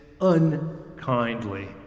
unkindly